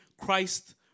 Christ